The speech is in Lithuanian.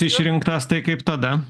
išrinktas tai kaip tada